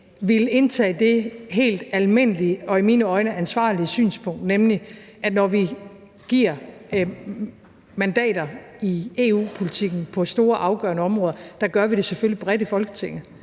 ville indtage det helt almindelige og i mine øjne ansvarlige synspunkt, at når vi giver mandater i EU-politikken på store afgørende områder, så gør vi det selvfølgelig bredt i Folketinget.